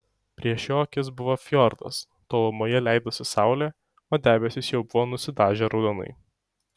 prieš jo akis buvo fjordas tolumoje leidosi saulė o debesys jau buvo nusidažę raudonai